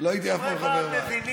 לא הייתי אף פעם חבר ועד.